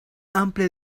amplia